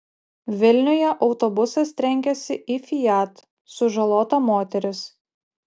vilniuje autobusas trenkėsi į fiat sužalota moteris